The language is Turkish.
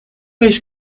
beş